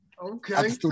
Okay